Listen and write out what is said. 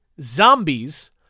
zombies